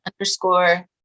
underscore